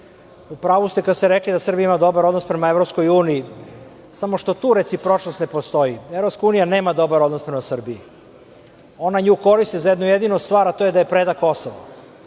U pravu ste kada ste rekli da Srbija ima dobar odnos prema EU, samo što tu recipročnost ne postoji. Evropska unija nema dobar odnos prema Srbiji. Ona nju koristi za jednu jedinu stvar, a to je da joj preda Kosovo.